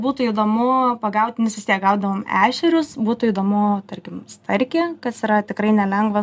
būtų įdomu pagauti nes vis tiek gaudydavom ešerius būtų įdomu tarkim starkį kas yra tikrai nelengva